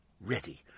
Ready